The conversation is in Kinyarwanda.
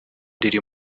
riri